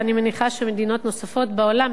ואני מניחה שמדינות נוספות בעולם,